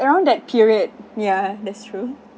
around that period ya that's true